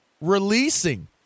releasing